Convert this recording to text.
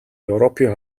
европын